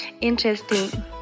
interesting